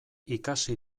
ikasi